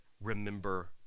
remember